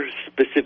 specific